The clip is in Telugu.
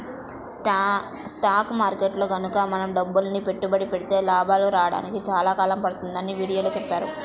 స్టాక్ మార్కెట్టులో గనక మనం డబ్బులని పెట్టుబడి పెడితే లాభాలు రాడానికి చాలా కాలం పడుతుందని వీడియోలో చెప్పారు